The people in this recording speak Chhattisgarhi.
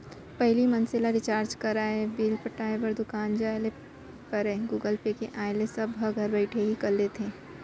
पहिली मनसे ल रिचार्ज कराय, बिल पटाय बर दुकान जाय ल परयए गुगल पे के आय ले ए सब ह घर बइठे ही कर लेथे